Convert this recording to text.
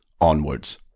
onwards